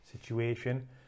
situation